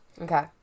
Okay